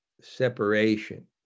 Separation